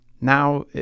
now